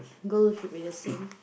girl should be the same